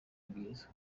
bwiza